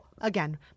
Again